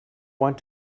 want